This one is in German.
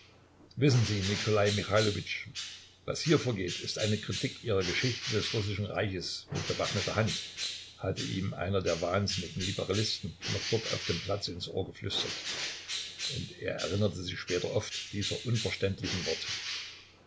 wissen sie nikolai michailowitsch was hier vorgeht ist eine kritik ihrer geschichte des russischen reiches mit bewaffneter hand hatte ihm einer der wahnsinnigen liberalisten noch dort auf dem platze ins ohr geflüstert und er erinnerte sich später oft dieser unverständlichen worte